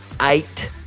Eight